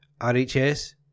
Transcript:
RHS